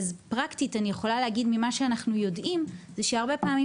אז פרקטית אני יכולה להגיד ממה שאנחנו יודעים שהרבה פעמים